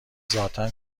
ذاتا